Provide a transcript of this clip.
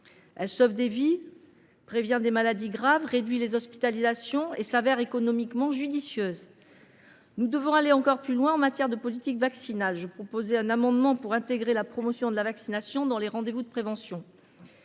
elle sauve des vies, prévient des maladies graves, réduit les hospitalisations et se révèle économiquement judicieuse. Nous devons aller encore plus loin en matière de politique vaccinale. Je proposerai un amendement visant à intégrer la promotion de la vaccination dans les rendez vous de prévention.